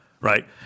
right